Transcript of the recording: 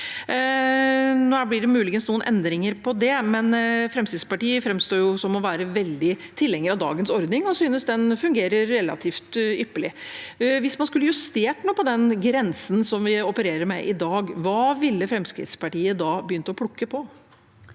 Nå blir det muligens noen endringer på det, men Fremskrittspartiet framstår som å være veldig tilhenger av dagens ordning og synes den fungerer relativt ypperlig. Hvis man skulle justert noe på den grensen som vi opererer med i dag, hva ville Fremskrittspartiet da begynt å plukke på?